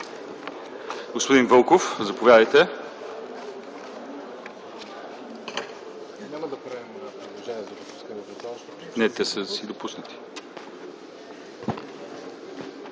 Господин Вълков, заповядайте.